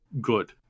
good